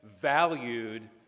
valued